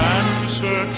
answer